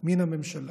מן הממשלה,